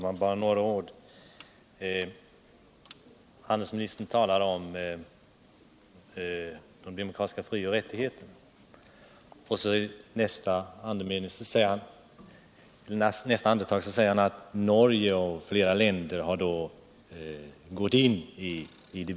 Herr talman! Handelsministern talar om de demokratiska fri och rätvigheterna, och i nästa andetag säger han att Nera andra länder också har gätt in i IDB.